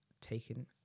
taken